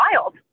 wild